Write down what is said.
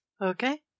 Okay